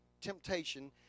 temptation